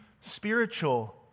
spiritual